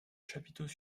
chapiteaux